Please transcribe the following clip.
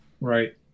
right